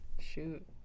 Shoot